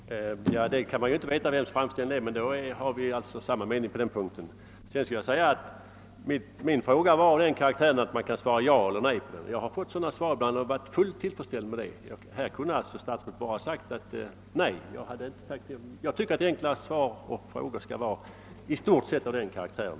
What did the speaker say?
Herr talman! Ja, man kan ju inte veta vems framställning som avses. Men efter det besked som statsrådet nyss lämnade konstaterar jag att vi är ense på denna punkt. Min fråga var av den karaktären att den kunde besvaras med ja eller nej. Jag har fått sådana svar ibland och varit fullt tillfredsställd med dem. Statsrådet kunde alltså ha svarat enbart nej. Jag tycker att de enkla frågorna och svaren på dem i stort sett skall vara av den karaktären.